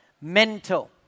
mental